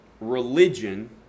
religion